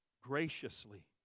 graciously